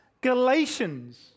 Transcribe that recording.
Galatians